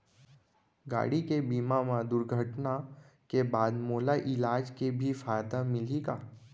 गाड़ी के बीमा मा दुर्घटना के बाद मोला इलाज के भी फायदा मिलही का?